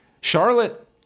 Charlotte